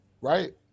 right